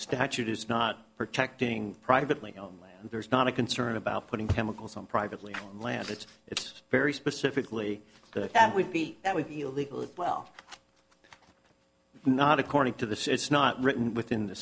statute is not protecting privately and there's not a concern about putting chemicals on privately owned land that's it's very specifically that would be that would be illegal well not according to this is not written within the